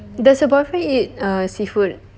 does your boyfriend eat err seafood